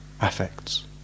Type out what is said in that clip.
Affects